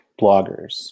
bloggers